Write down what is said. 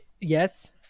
Yes